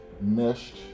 meshed